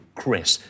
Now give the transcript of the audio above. Chris